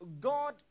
God